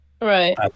Right